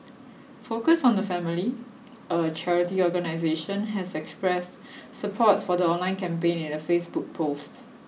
focus on the family a charity organisation has expressed support for the online campaign in a Facebook post